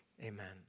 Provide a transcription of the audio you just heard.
amen